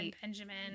Benjamin